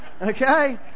Okay